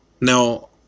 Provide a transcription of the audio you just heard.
Now